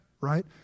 right